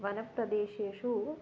वनप्रदेशेषु